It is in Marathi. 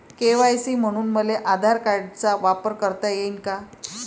के.वाय.सी म्हनून मले आधार कार्डाचा वापर करता येईन का?